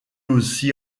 aussi